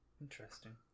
Interesting